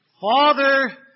Father